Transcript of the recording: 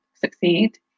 succeed